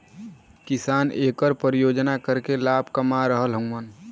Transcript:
किसान एकर परियोग करके लाभ कमा रहल हउवन